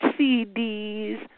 CDs